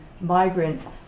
migrants